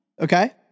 Okay